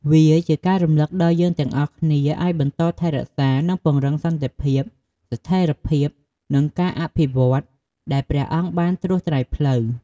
វាជាការរំលឹកដល់យើងទាំងអស់គ្នាឱ្យបន្តថែរក្សា និងពង្រឹងសន្តិភាព ស្ថេរភាព និងការអភិវឌ្ឍន៍ដែលព្រះអង្គបានត្រួសត្រាយផ្លូវ។